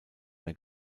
mehr